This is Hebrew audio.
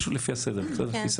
נתחיל פשוט לפי סדר הישיבה.